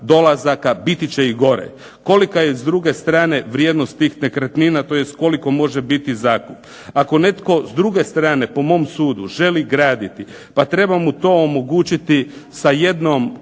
dolazaka, biti će i gore. Kolika je s druge strane vrijednost tih nekretnina, tj. koliko može biti zakup. Ako netko s druge strane po mom sudu želi graditi, pa treba mu to omogućiti sa jednom